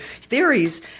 theories